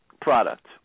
product